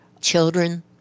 children